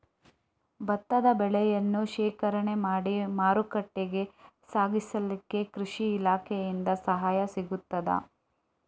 ಭತ್ತದ ಬೆಳೆಯನ್ನು ಶೇಖರಣೆ ಮಾಡಿ ಮಾರುಕಟ್ಟೆಗೆ ಸಾಗಿಸಲಿಕ್ಕೆ ಕೃಷಿ ಇಲಾಖೆಯಿಂದ ಸಹಾಯ ಸಿಗುತ್ತದಾ?